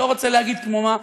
לא רוצה להגיד כמו מה,